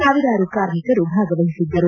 ಸಾವಿರಾರು ಕಾರ್ಮಿಕರು ಭಾಗವಹಿಸಿದ್ದರು